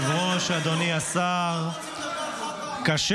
בצורה טראגית קשה